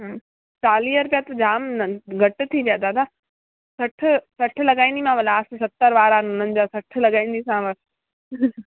हम्म चालीह रुपया त जाम न न घटि थी विया दादा सठि सठि लॻाईंदीमांव लास्ट सतरि वारा हुननि जा सठि लॻाईंदीसांव